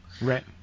Right